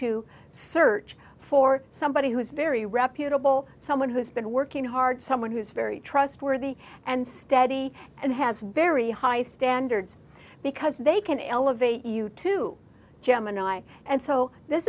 to search for somebody who's very reputable someone who's been working hard someone who's very trustworthy and steady and has very high standards because they can elevate you to gemini and so this